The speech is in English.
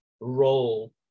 role